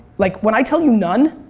like when i tell you none,